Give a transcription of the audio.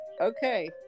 okay